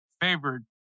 favored